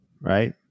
Right